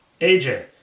AJ